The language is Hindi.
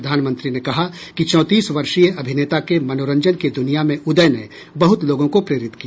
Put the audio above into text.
प्रधानमंत्री ने कहा कि चौंतीस वर्षीय अभिनेता के मनोरंजन की द्रनिया में उदय ने बहत लोगों को प्रेरित किया